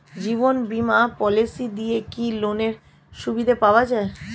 জীবন বীমা পলিসি দিয়ে কি লোনের সুবিধা পাওয়া যায়?